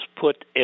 put